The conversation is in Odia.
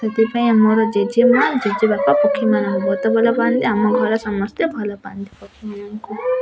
ସେଥିପାଇଁ ଆମର ଜେଜେମାଁ ଜେଜେବାପା ପକ୍ଷୀମାନଙ୍କୁ ବହୁତ ଭଲପାଆନ୍ତି ଆମ ଘରେ ସମସ୍ତେ ଭଲ ପାଆନ୍ତି ପକ୍ଷୀ ମାନଙ୍କୁ